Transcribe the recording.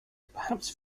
perhaps